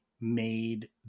made